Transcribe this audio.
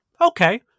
okay